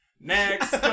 Next